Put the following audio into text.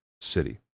city